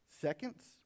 Seconds